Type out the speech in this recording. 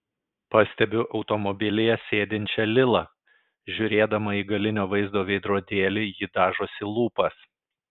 pastebiu automobilyje sėdinčią lilą žiūrėdama į galinio vaizdo veidrodėlį ji dažosi lūpas